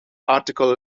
article